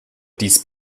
dies